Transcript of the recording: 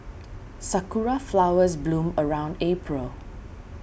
sakura flowers bloom around April